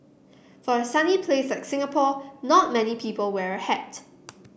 for a sunny places like Singapore not many people wear a hat